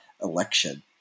election